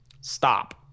Stop